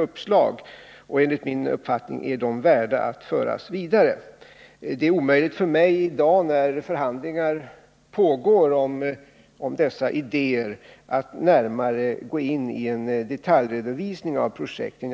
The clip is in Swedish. uppslag, och enligt min uppfattning är de värda att föras vidare. Det är för mig i dag, när förhandlingarna pågår om dessa idéer, omöjligt att närmare gå in i en detaljredovisning av projekten.